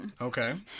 Okay